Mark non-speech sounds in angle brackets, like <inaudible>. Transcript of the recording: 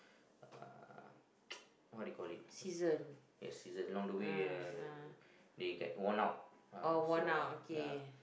uh <noise> what do they call it yeah scissors along the way uh they get worn out ah so yeah